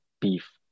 beef